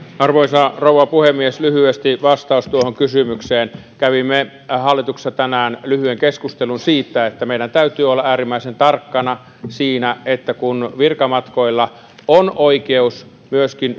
arvoisa rouva puhemies lyhyesti vastaus tuohon kysymykseen kävimme hallituksessa tänään lyhyen keskustelun siitä että meidän täytyy olla äärimmäisen tarkkana siinä että kun virkamatkoilla on oikeus myöskin